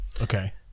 Okay